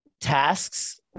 tasks